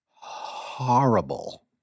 horrible